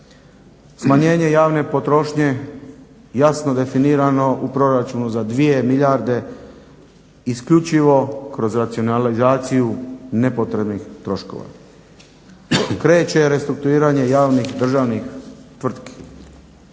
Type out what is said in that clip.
Smanjenje javne potrošnje jasno definirano u proračunu za 2 milijarde isključivo kroz racionalizaciju nepotrebnih troškova. Kreće restrukturiranje javnih, državnih tvrtki.